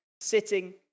sitting